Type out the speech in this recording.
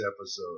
episode